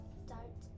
start